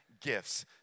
gifts